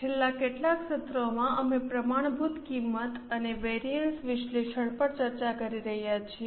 છેલ્લા કેટલાક સત્રોમાં અમે પ્રમાણભૂત કિંમત અને વિવિધતા વિશ્લેષણ પર ચર્ચા કરી રહ્યા છીએ